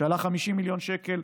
שעלה 50 מיליון שקל,